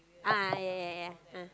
ah yeah yeah yeah yeah ah